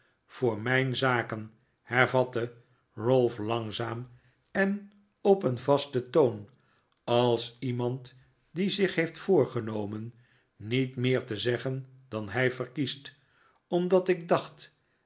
voor mijn zaken hervatte ralph langzaam en op een vasten toon als iemand die zich heeft voorgenomen niet meer te zeggen dan hij verkiest omdat ik dacht